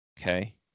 Okay